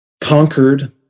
conquered